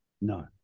No